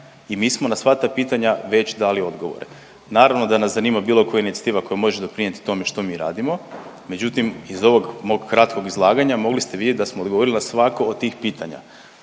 i mi smo na sva ta pitanja već dali odgovore. Naravno da nas zanima bilo koja inicijativa koja može doprinijeti tome što mi radimo međutim ih ovog mog kratkog izlaganja mogli ste vidjeti da smo odgovorili na svako od tih pitanja.